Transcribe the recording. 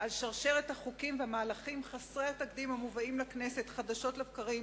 על שרשרת החוקים והמהלכים חסרי התקדים המובאים לכנסת חדשות לבקרים,